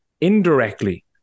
indirectly